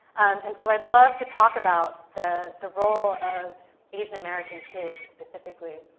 and so i'd love to talk about the the role of asian american kids specifically,